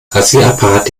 rasierapparat